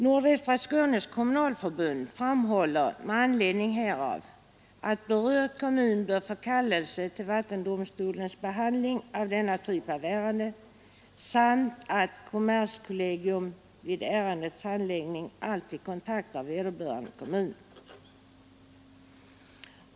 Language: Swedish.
Nordvästra Skånes kommunalförbund framhåller med anledning härav att berörd kommun bör få kallelse till vattendomstolens behandling av ärenden av denna typ så att kommerskollegium vid ärendets handläggning alltid kontaktar vederbörande kommun.